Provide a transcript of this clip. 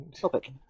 topic